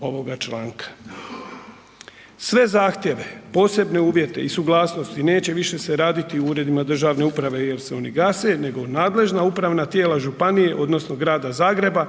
ovoga članka. Sve zahtjeve, posebne uvjete i suglasnosti neće se više raditi u uredima državne uprave jel se oni gase nego nadležna upravna tijela županije odnosno Grada Zagreba